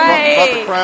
Right